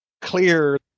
clear